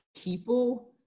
people